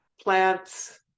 plants